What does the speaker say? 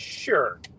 Sure